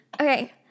Okay